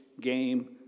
game